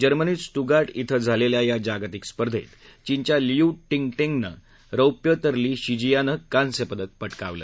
जर्मनीत स्टुगार्ट धिं झालेल्या या जागतिक स्पर्धेत चीनच्या लियू टिंगटिंगने रौप्य तर ली शिजियाने कांस्य पदक पटकावलं